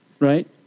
Right